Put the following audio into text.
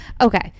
Okay